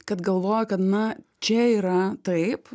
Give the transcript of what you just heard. kad galvoja kad na čia yra taip